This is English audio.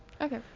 Okay